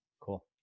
Cool